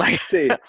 See